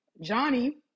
Johnny